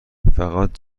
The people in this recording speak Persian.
فقط